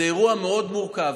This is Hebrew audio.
זה אירוע מאוד מורכב,